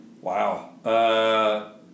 Wow